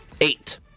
Eight